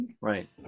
Right